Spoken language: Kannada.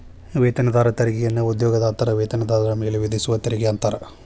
ವೇತನದಾರ ತೆರಿಗೆಯನ್ನ ಉದ್ಯೋಗದಾತರ ವೇತನದಾರ ಮೇಲೆ ವಿಧಿಸುವ ತೆರಿಗೆ ಅಂತಾರ